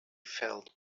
felt